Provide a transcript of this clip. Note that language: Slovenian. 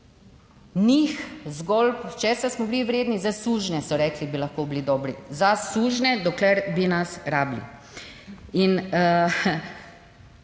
zgolj česa smo bili vredni? Za sužnje, so rekli, bi lahko bili dobri, za sužnje, dokler bi nas rabili.